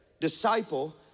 disciple